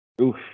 Oof